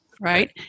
right